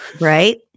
Right